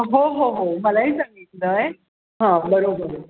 हो हो हो मलाही सांगितलं आहे हं बरोबर आहे